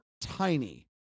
tiny